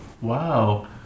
Wow